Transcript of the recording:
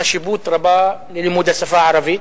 חשיבות רבה ללימוד השפה הערבית.